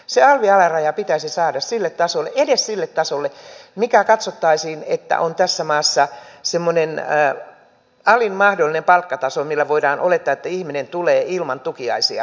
se alvin alaraja pitäisi saada sille tasolle edes sille tasolle että katsottaisiin että jää sen verran mikä on tässä maassa semmoinen alin mahdollinen palkkataso millä voidaan olettaa että ihminen tulee ilman tukiaisia toimeen